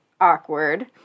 awkward